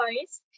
voice